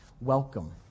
welcome